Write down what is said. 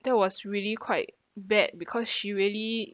that was really quite bad because she really